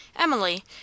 Emily